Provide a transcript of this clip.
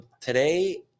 today